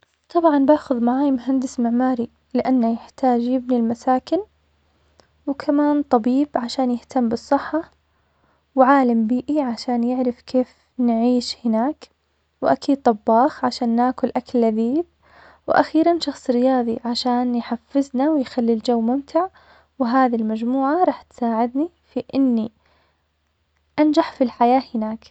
طبعا باخذ معاي مهندس معماري, لأنه يحتاج يبني مساكن, وكمان طبيب عشان يهتم بالصحة, وعالم بيئي علشان يعرف كيف نعيش هناك, وأكيد طباخ عشان ناكل أكل لذيذ, وأخيرا شخص رياضي علشان يحفذنا ويخلي الجو ممتع, وهذي المجموعة راح تساعدني في أني أنجح في الحياة هناك.